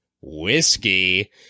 whiskey